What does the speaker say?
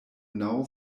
naŭ